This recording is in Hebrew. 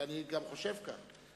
ואני גם חושב כך,